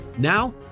Now